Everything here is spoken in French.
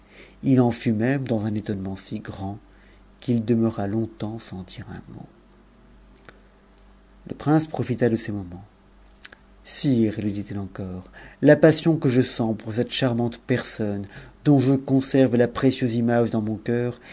i en fut me dans un étonnement si grand qu'il demeura longtemps sans dire un mot le prince profita de ces moments sire lui dit-il encore la passion que je sens pour cette charmante personne dont je conserve la prec eus image dans mon cœur